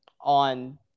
on